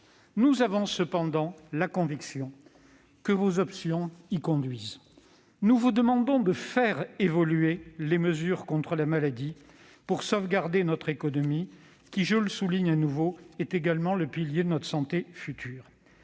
Nous avons cependant la conviction que vos options y conduisent. Nous vous demandons de faire évoluer les mesures contre la maladie pour sauvegarder notre économie, qui, je le souligne de nouveau, est également le pilier de notre santé future.